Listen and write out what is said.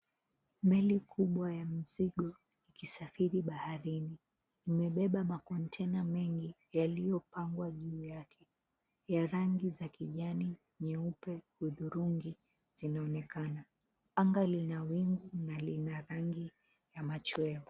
Meli kubwa ya mizigo ikisafiri baharini imebeba makontena mengi yaliyopangwa juu yake ya rangi za kijani, nyeupe, hudhurungi zinaonekana. Anga lina wingu na lina rangi ya machweo.